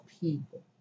people